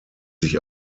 sich